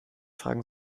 fragen